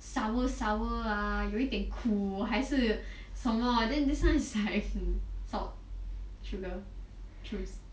sour sour ah 有一点苦还是什么 then this one is like salt sugar cubes